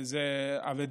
זו אבדה.